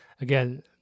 again